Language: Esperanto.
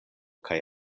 kaj